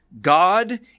God